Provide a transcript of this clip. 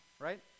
right